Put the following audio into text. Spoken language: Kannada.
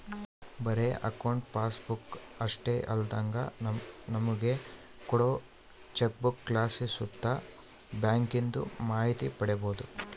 ಬರೇ ಅಕೌಂಟ್ ಪಾಸ್ಬುಕ್ ಅಷ್ಟೇ ಅಲ್ದಂಗ ನಮುಗ ಕೋಡೋ ಚೆಕ್ಬುಕ್ಲಾಸಿ ಸುತ ಬ್ಯಾಂಕಿಂದು ಮಾಹಿತಿ ಪಡೀಬೋದು